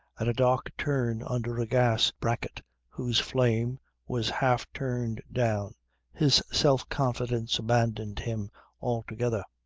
at a dark turn under a gas bracket whose flame was half turned down his self confidence abandoned him altogether.